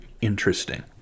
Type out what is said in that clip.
interesting